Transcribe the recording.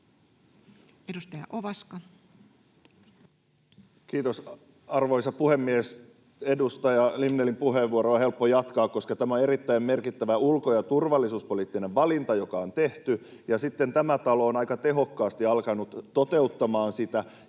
Content: Kiitos, arvoisa puhemies! Edustaja Limnellin puheenvuoroa on helppo jatkaa, koska tämä on erittäin merkittävä ulko- ja turvallisuuspoliittinen valinta, joka on tehty, ja sitten tämä talo on aika tehokkaasti alkanut toteuttamaan sitä